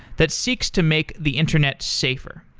that seeks to make the internet safer.